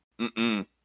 Mm-mm